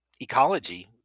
ecology